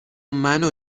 منو